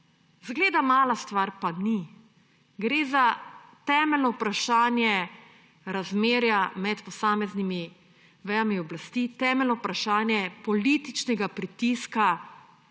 Izgleda mala stvar, pa ni. Gre za temeljno vprašanje razmerja med posameznimi vejami oblasti, temeljno vprašanje političnega pritiska